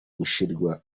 gushyira